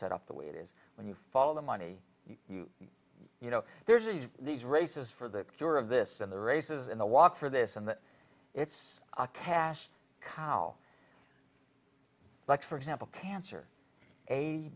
set up the way it is when you follow the money you you know there's a these races for the cure of this and the races in the walk for this and that it's a cash cow like for example cancer eight